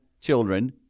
children